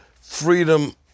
freedom